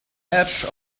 edge